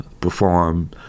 perform